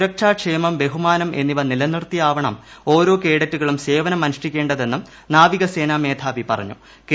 സുരക്ഷ ക്ഷേമം ബഹുമാനം എന്നിവ നിലനിർത്തിയാവണം ഓരോ കേഡറ്റുകുളൂർ സേവനമനുഷ്ഠിക്കേണ്ട തെന്നും നാവിക സേന മേധാവി പറ്റ്ണ്ടു്